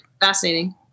fascinating